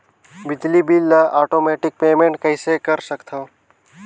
बिजली बिल ल automatic payment कइसे कर सकथव?